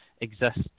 exists